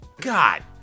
God